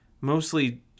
Mostly